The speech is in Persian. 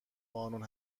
قانون